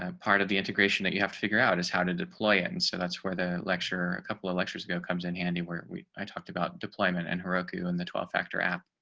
um part of the integration that you have to figure out is how to deploy it. and so that's where the lecture. a couple of lectures ago comes in handy where we talked about deployment and her roku and the twelve factor app.